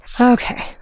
Okay